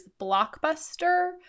Blockbuster